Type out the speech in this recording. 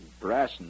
brass